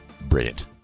Brilliant